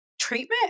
treatment